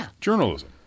journalism